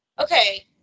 Okay